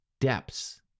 depths